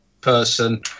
person